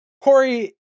Corey